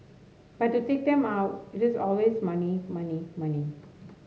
but to take them out it is always money money money